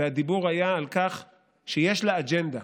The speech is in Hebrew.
והדיבור היה על כך שיש לה אג'נדה,